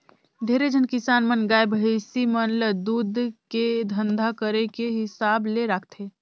ढेरे झन किसान मन गाय, भइसी मन ल दूद के धंधा करे के हिसाब ले राखथे